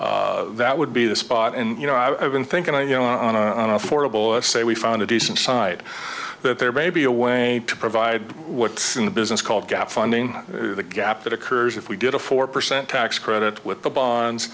day that would be the spot you know i've been thinking you know on an affordable say we found a decent side that there may be a way to provide what's in the business called gap funding or the gap that occurs if we did a four percent tax credit with the bonds